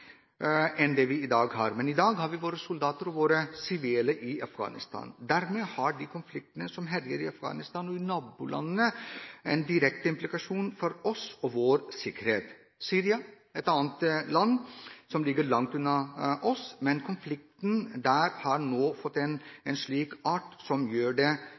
enn det vi har i dag. I dag har vi våre soldater og våre sivile i Afghanistan. Dermed har de konfliktene som herjer i Afghanistan og i nabolandene, direkte implikasjoner for oss og vår sikkerhet. Syria er et annet land som ligger langt unna oss, men konflikten der har nå fått en slik karakter at det